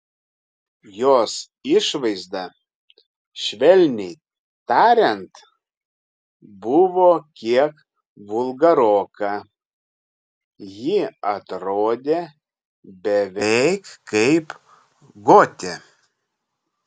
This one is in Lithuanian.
jos išvaizda švelniai tariant buvo kiek vulgaroka ji atrodė beveik kaip gotė